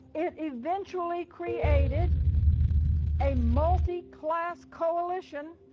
it eventually created a multi-class coalition